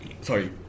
Sorry